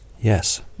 Yes